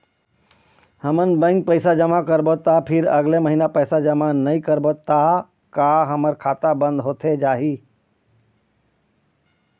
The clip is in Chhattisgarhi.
हमन बैंक पैसा जमा करबो ता फिर अगले महीना पैसा जमा नई करबो ता का हमर खाता बंद होथे जाही?